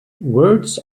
words